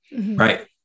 Right